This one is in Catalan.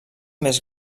més